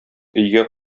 өйгә